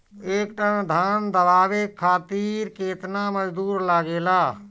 एक टन धान दवावे खातीर केतना मजदुर लागेला?